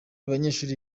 banyeshuri